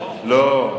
לא.